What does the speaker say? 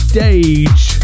Stage